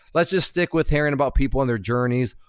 let's just stick with hearing about people and their journeys.